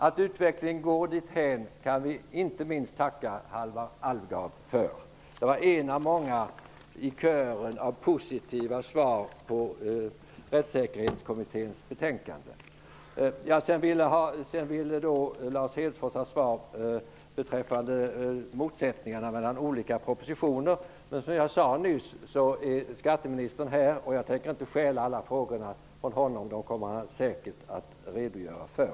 Att utvecklingen går dithän kan vi inte minst tacka Det var en av många i kören av positiva svar på Sedan ville Lars Hedfors ha svar beträffande motsättningarna mellan olika propositioner. Men som jag sade nyss är skatteministern här, och jag tänker inte stjäla alla frågorna från honom. Dem kommer han säkert att redgöra för.